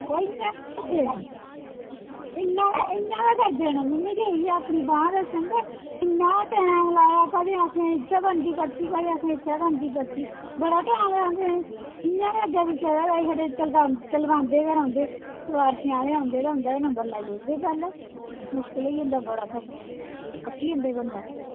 ओह् इंया गै इंया गै करदे न आमीं गेदी ही अपनी बांह् दस्सन ते इन्ना टाइम लाया ते आक्खदे कदें इत्थे बनदी पर्ची कदें आक्खदे इत्थें बनदी पर्ची बड़ा टैम लांदे इंया अग्गें पिच्छें टरकांदे गै रौहंदे ते आंदे रौहंदे ते नंबर लाई ओड़दे पैह्लें मुशकल होई जंदा बड़ा ओह् मुशकल होई जंदा बंदै